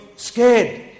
Scared